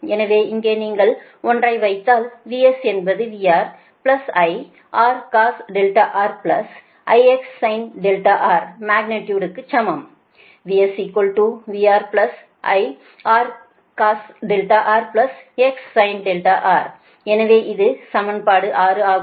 எனவே இங்கே நீங்கள் ஒன்றை வைத்தால் VS என்பது VR |I| R cos R IX sin R magnitude க்கு சமம் VSVR|I|R cos R X sin R எனவே இது சமன்பாடு 6 ஆகும்